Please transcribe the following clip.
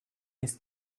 ist